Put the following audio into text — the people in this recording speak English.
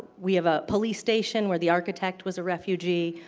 we have a police station where the architect was a refugee.